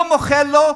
לא מוחל לו,